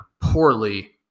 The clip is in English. poorly